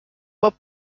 pop